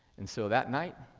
and so that night,